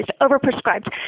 overprescribed